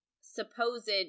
supposed